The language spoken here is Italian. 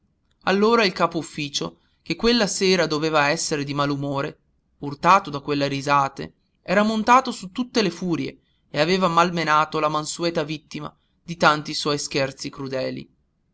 allora il capo-ufficio che quella sera doveva essere di malumore urtato da quelle risate era montato su tutte le furie e aveva malmenato la mansueta vittima di tanti suoi scherzi crudeli